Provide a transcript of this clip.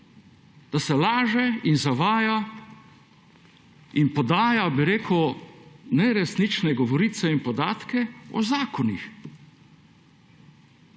da se laže in zavaja in podaja neresnične govorice in podatke o zakonih.